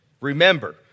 remember